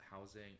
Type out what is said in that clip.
housing